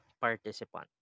participant